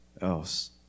else